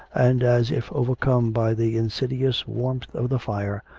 and as if overcome by the insidious warmth of the fire,